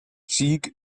cheek